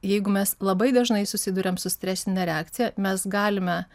jeigu mes labai dažnai susiduriam su stresine reakcija mes galime